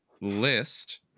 list